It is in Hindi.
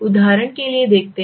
उदाहरण के लिए देखते हैं